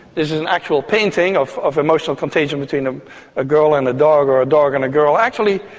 this is an actual painting of of emotional contagion between a a girl and a dog or a dog and a girl. actually,